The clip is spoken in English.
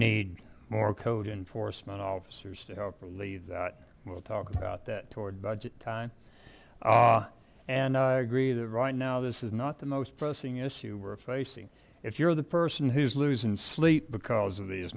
need more code enforcement officers to help relieve that we'll talk about that toward budget time ah and i agree that right now this is not the most pressing issue we're facing if you're the person who's losing sleep because of th